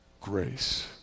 grace